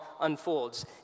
unfolds